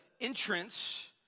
entrance